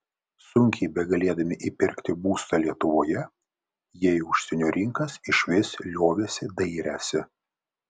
sunkiai begalėdami įpirkti būstą lietuvoje jie į užsienio rinkas išvis liovėsi dairęsi